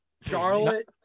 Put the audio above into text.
charlotte